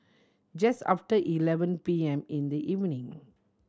just after eleven P M in the evening